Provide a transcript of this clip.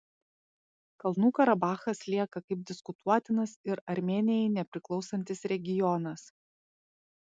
kalnų karabachas lieka kaip diskutuotinas ir armėnijai nepriklausantis regionas